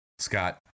scott